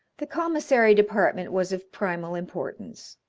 the commissary department was of primal importance.